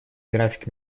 график